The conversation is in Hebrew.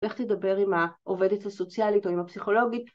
‫איך תדבר עם העובדת הסוציאלית ‫או עם הפסיכולוגית.